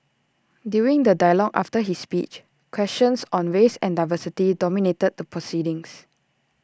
during the dialogue after his speech questions on race and diversity dominated the proceedings